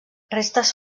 restes